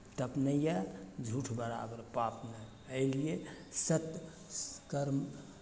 तप नहि यए झूठ बराबर पाप नहि एहिलिए सत्य स् कर्म